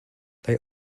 they